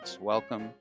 welcome